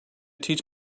teach